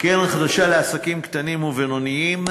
הקרן החדשה לעסקים קטנים ובינוניים: